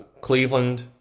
Cleveland